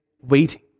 waiting